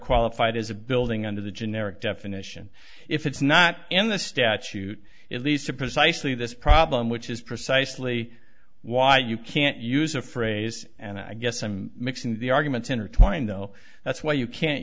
qualified as a building under the generic definition if it's not in the statute it leads to precisely this problem which is precisely why you can't use a phrase and i guess i'm mixing the arguments intertwined though that's why you can't